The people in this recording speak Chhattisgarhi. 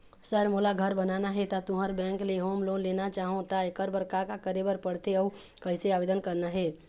सर मोला घर बनाना हे ता तुंहर बैंक ले होम लोन लेना चाहूँ ता एकर बर का का करे बर पड़थे अउ कइसे आवेदन करना हे?